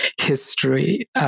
history